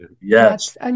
Yes